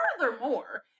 furthermore